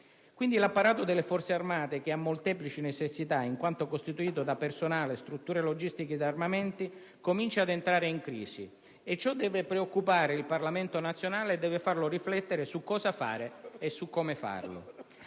l'apparato delle Forze armate, che ha molteplici necessità, in quanto costituito da personale, strutture logistiche ed armamenti, comincia ad entrare in crisi e ciò deve preoccupare il Parlamento nazionale e deve farlo riflettere su cosa fare e su come farlo.